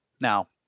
now